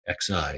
XI